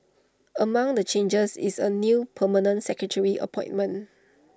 among the changes is A new permanent secretary appointment